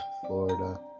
Florida